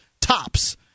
tops